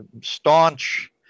staunch